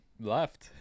left